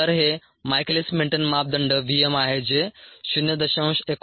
तर हे Michaelis Menten मापदंड v m आहे जे 0